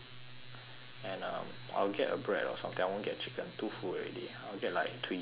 and um I will get a bread or something I won't get chicken too full already I will get like twiggies or something